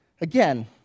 Again